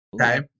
okay